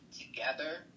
together